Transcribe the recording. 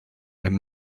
and